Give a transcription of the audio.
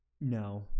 No